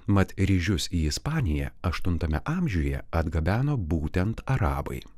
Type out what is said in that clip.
mat ryžius į ispaniją aštuntame amžiuje atgabeno būtent arabai